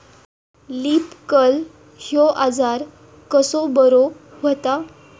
Leaf curl ह्यो आजार कसो बरो व्हता?